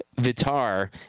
Vitar